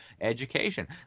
education